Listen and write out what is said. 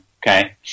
Okay